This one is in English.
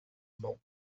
bulk